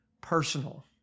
personal